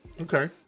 Okay